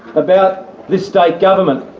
about this state government.